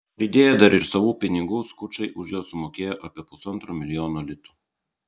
pridėję dar ir savų pinigų skučai už juos sumokėjo apie pusantro milijono litų